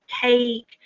cake